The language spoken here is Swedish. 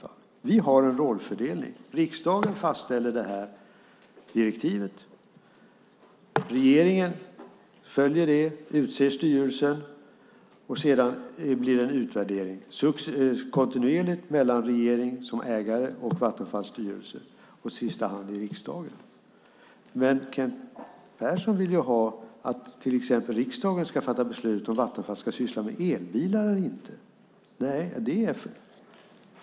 Vi har en rollfördelning. Riksdagen fastställer direktivet, och regeringen följer det och utser styrelsen. Sedan görs en kontinuerlig utvärdering mellan regeringen som ägare och Vattenfalls styrelse och i sista hand riksdagen. Men Kent Persson vill att riksdagen till exempel ska fatta beslut om att Vattenfall ska syssla med elbilar eller inte.